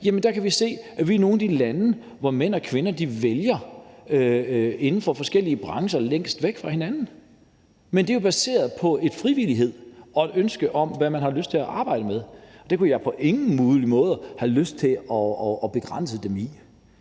der kan vi se, at vi er nogle af de lande, hvor mænd og kvinder vælger noget inden for forskellige brancher længst væk fra hinanden. Men det er jo baseret på frivillighed og på et ønske om, hvad man har lyst til at arbejde med. Det kunne jeg på ingen mulig måde have lyst til at begrænse dem i.